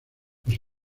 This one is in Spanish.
los